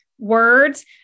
words